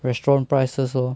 restaurant prices lor